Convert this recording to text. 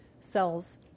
cells